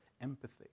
empathy